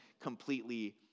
completely